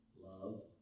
love